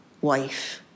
wife